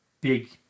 big